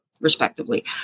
respectively